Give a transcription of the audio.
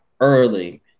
early